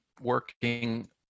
working